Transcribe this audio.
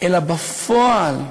אלא בפועל,